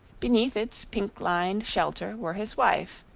beneath its pink-lined shelter were his wife,